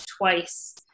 twice